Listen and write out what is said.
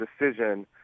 decision